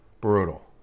brutal